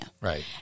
Right